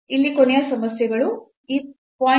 ಇಲ್ಲಿ ಕೊನೆಯ ಸಮಸ್ಯೆಗಳು